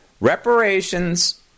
reparations